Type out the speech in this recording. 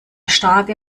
starke